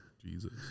Jesus